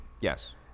Yes